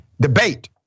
Debate